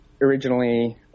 originally